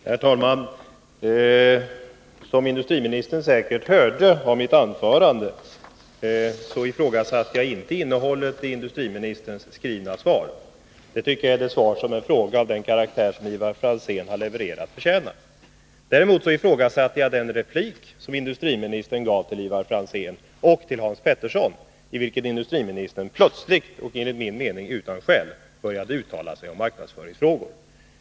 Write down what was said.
Herr talman! Som industriministern säkert hörde ifrågasatte jag i mitt anförande inte innehållet i industriministerns interpellationssvar. När det gäller marknadsföringen tycker jag att det är det svar som en fråga av den karaktär som Ivar Franzén har levererat förtjänar. Däremot ifrågasatte jag det industriministern sade till Ivar Franzén och Hans Petersson i Hallstahammari sin replik, i vilken industriministern plötsligt och enligt min mening utan skäl började uttala sig om marknadsföringsfrågor.